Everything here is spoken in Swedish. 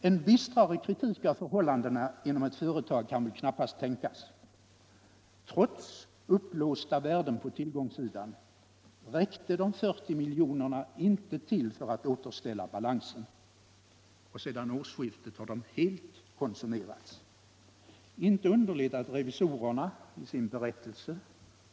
En bistrare kritik av förhållandena inom ett företag kan väl knappast tänkas. Trots uppblåsta värden på tillgångssidan räckte de 40 miljonerna inte till för att återställa balansen, och sedan årsskiftet har de helt konsumerats. Inte underligt att revisorerna i sin berättelse.